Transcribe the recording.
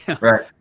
Right